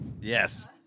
Yes